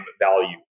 value